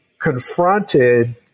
confronted